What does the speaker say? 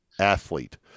athlete